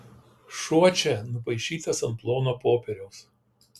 šuo čia nupaišytas ant plono popieriaus